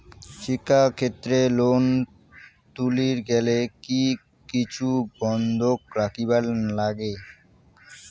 শিক্ষাক্ষেত্রে লোন তুলির গেলে কি কিছু বন্ধক রাখিবার লাগে?